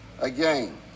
again